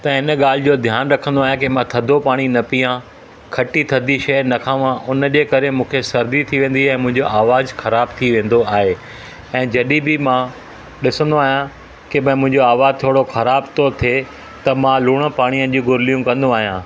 त इन ॻाल्हि जो धियानु रखंदो आहियां कि मां थधो पाणी न पीआं खटी थधी शइ न खावां उन जे करे मूंखे सर्दी थी वेंदी आहे मुंहिंजो आवाज़ु ख़राबु थी वेंदो आहे ऐं जॾहिं बि मां ॾिसंदो आहियां कि भाई मुंहिंजो आवाज़ु थोरो ख़राबु थो थिए त मां लूण पाणीअ जूं गुरिड़ियूं कंदो आहियां